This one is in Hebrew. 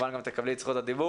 ואת גם תקבלי את זכות הדיבור,